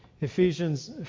Ephesians